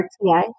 RTI